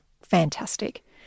Fantastic